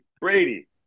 Brady